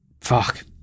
fuck